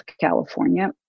California